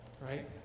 right